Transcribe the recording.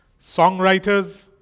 songwriters